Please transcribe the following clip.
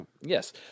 Yes